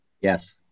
yes